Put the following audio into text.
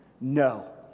No